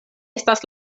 estas